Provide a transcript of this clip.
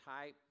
type